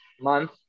month